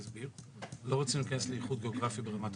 חקיקה לאיחוד גיאוגרפי.